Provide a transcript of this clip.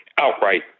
outright